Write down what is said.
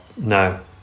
No